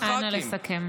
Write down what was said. אנא לסכם.